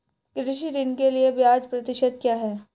कृषि ऋण के लिए ब्याज प्रतिशत क्या है?